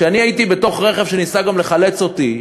אני הייתי בתוך רכב שניסה גם לחלץ אותי,